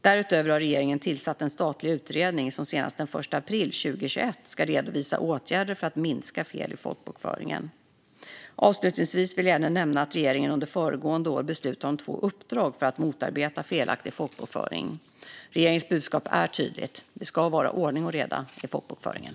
Därutöver har regeringen tillsatt en statlig utredning som senast den 1 april 2021 ska redovisa åtgärder för att minska fel i folkbokföringen. Avslutningsvis vill jag även nämna att regeringen under föregående år beslutade om två uppdrag för att motarbeta felaktig folkbokföring. Regeringens budskap är tydligt: Det ska vara ordning och reda i folkbokföringen.